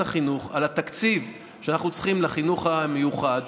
החינוך על התקציב שאנחנו צריכים לחינוך המיוחד,